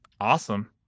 Awesome